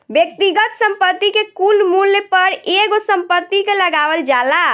व्यक्तिगत संपत्ति के कुल मूल्य पर एगो संपत्ति के लगावल जाला